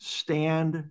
stand